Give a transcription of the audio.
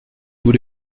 tous